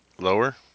Lower